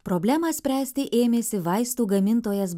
problemą spręsti ėmėsi vaistų gamintojas